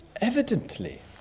evidently